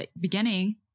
beginning